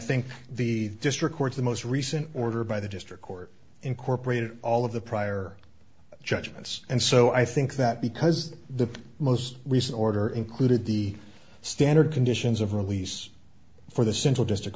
think the district court the most recent order by the district court incorporated all of the prior judgments and so i think that because the most recent order included the standard conditions of release for the central district